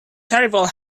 terrible